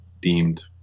deemed